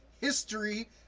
history